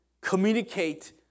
communicate